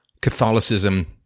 catholicism